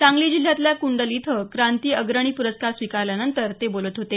सांगली जिल्ह्यातल्या कुंडल इथं क्रांतीअग्रणी पुरस्कार स्वीकारल्यानंतर ते बोलत होते